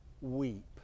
weep